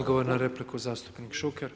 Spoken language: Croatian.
Odgovor na repliku zastpnik Šuker.